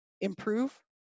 improve